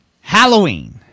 Halloween